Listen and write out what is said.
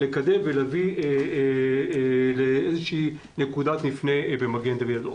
לקדם ולהביא לאיזו נקודת מפנה במגן דוד אדום.